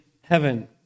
heaven